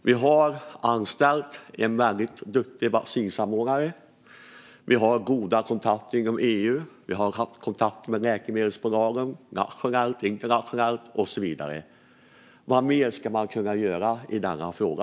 Vi har anställt en mycket duktig vaccinsamordnare, vi har goda kontakter inom EU och vi har haft kontakt med läkemedelsbolagen nationellt och internationellt. Vad mer kan göras i denna fråga?